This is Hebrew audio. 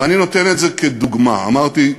ואני נותן את זה כדוגמה, אמרתי,